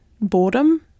boredom